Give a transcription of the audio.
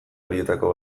horietako